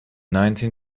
nineteen